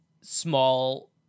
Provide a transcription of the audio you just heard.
small